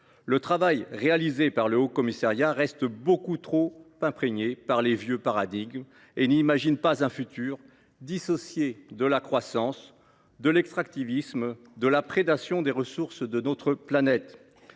Le travail réalisé par le Haut Commissariat reste beaucoup trop imprégné par les vieux paradigmes et ne dessine pas un futur dissocié de la croissance, de l’extractivisme, de la prédation des ressources de notre planète.